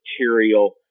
material